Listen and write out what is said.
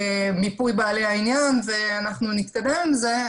מיפוי בעלי העניין ואנחנו נתקדם עם זה.